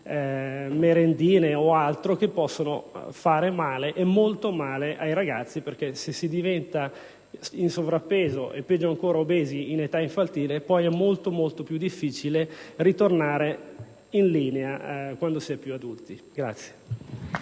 merendine o altro, che può fare male e molto ai ragazzi, perché se si diventa in sovrappeso o, peggio ancora, obesi in età infantile è poi molto più difficile ritornare in linea quando si è adulti.